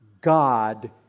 God